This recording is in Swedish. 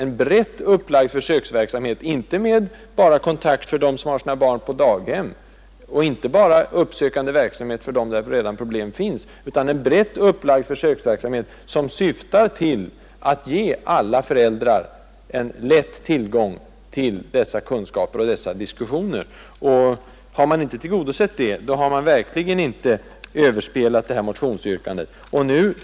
Här gäller det alltså inte bara kontakten med dem som har sina barn på daghem och inte bara en uppsökande verksamhet som tar sikte på familjer där problem redan finns, utan det är fråga om en brett upplagd försöksverksamhet som syftar till att ge alla föräldrar lätt tillgängliga kunskaper och möjligheter till diskussion. Om man inte har tillgodosett det kravet, har man verkligen inte överspelat yrkandet i motionen.